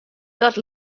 dat